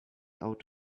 out